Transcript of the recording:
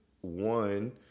one